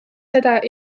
seda